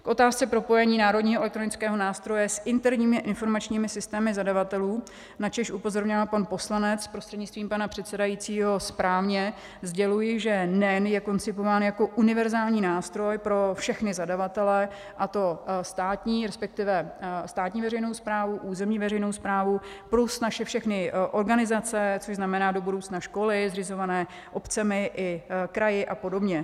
K otázce propojení Národního elektronického nástroje s interními informačními systémy zadavatelů, na což upozorňoval pan poslanec prostřednictvím pana předsedajícího správně, sděluji, že NEN je koncipován jako univerzální nástroj pro všechny zadavatele, a to státní veřejnou správu, územní veřejnou správu plus naše všechny organizace, což znamená do budoucna školy zřizované obcemi i kraji a podobně.